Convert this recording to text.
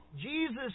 Jesus